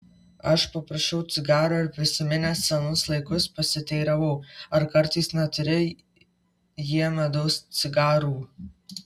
aš paprašiau cigaro ir prisiminęs senus laikus pasiteiravau ar kartais neturi jie medaus cigarų